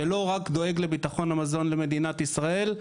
שלא דואג רק לביטחון המזון למדינת ישראל.